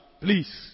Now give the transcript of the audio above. Please